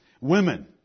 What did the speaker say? Women